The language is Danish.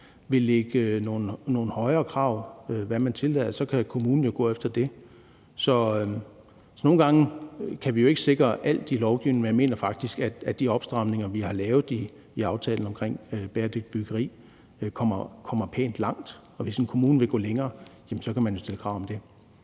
vil lægge nogle højere krav for, hvad man tillader, så kan kommunen jo gå efter det. Så nogle gange kan vi ikke sikre alt i lovgivningen, men jeg mener faktisk, at de opstramninger, vi har lavet i aftalen omkring bæredygtigt byggeri, går pænt langt, og hvis en kommune vil gå længere, jamen så kan man jo stille krav om det.